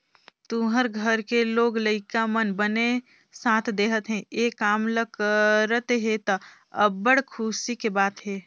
तुँहर घर के लोग लइका मन बने साथ देहत हे, ए काम ल करत हे त, अब्बड़ खुसी के बात हे